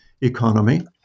economy